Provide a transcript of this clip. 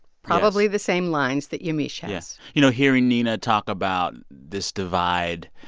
probably, the same lines that yamiche has you know, hearing nina talk about this divide,